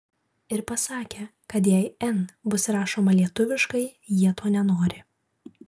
ir pasakė kad jei n bus rašoma lietuviškai jie to nenori